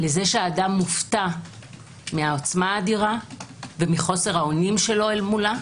לזה שהאדם מופתע מהעוצמה האדירה ומחוסר האונים שלו מולה.